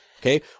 Okay